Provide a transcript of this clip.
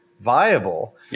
viable